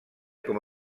com